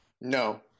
no